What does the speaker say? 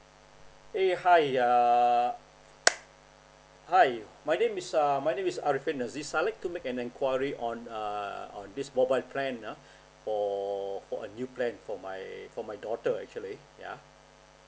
eh hi err hi my name is um my name is arifin azis I'd like to make an enquiry on err on this mobile plan ah for for a new plan for my for my daughter actually yeah